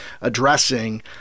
addressing